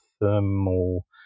thermal